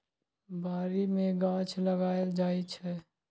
बारी मे गाछ लगाएल जाइ छै